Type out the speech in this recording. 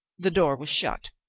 the door was shut.